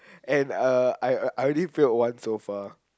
and uh I I already failed one so far